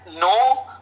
no